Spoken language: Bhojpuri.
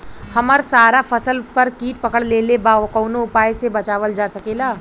हमर सारा फसल पर कीट पकड़ लेले बा कवनो उपाय से बचावल जा सकेला?